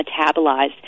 metabolized